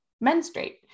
menstruate